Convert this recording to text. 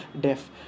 deaf